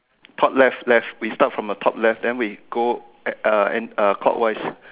top left left we start from the top left then we go at uh and uh clockwise